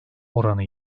oranı